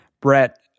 Brett